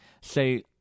Say